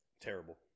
terrible